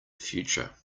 future